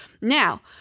Now